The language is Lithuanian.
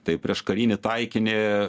tai prieš karinį taikinį